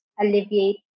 alleviate